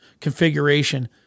configuration